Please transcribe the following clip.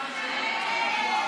בקשה לשמית,